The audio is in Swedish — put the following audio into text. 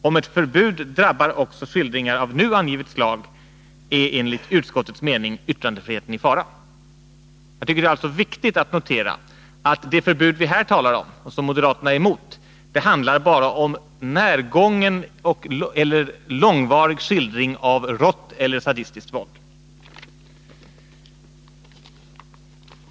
Om ett förbud drabbar också skildringar av nu angivet slag är enligt utskottets mening yttrandefriheten i fara.” Jag tycker det är viktigt att notera att det förbud som vi här talar om och som moderaterna är emot bara handlar om närgången eller långvarig skildring av rått eller sadistiskt våld.